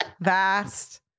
vast